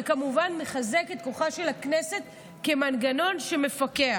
וכמובן מחזק את כוחה של הכנסת כמנגנון שמפקח.